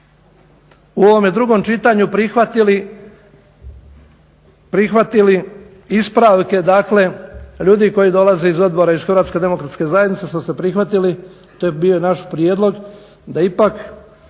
u ovome drugom čitanju prihvatili ispravke ljudi koji dolaze iz odbora iz HDZ-a što ste prihvatili to je bio i naš prijedlog da ipak